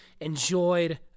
enjoyed